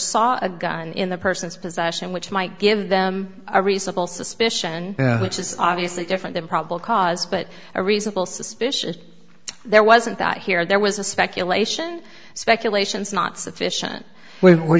saw a gun in the person's possession which might give them a reasonable suspicion which is obviously different than probable cause but a reasonable suspicion there wasn't that here there was a speculation speculation is not sufficient where